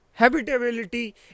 Habitability